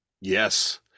Yes